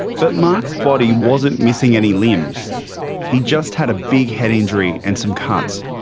but mark's body wasn't missing any limbs he just had a big head injury and some cuts.